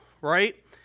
right